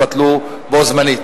יתבטלו בו-זמנית.